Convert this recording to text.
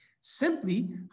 simply